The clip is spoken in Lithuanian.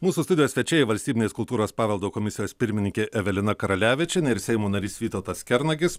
mūsų studijos svečiai valstybinės kultūros paveldo komisijos pirmininkė evelina karalevičienė ir seimo narys vytautas kernagis